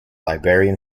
librarian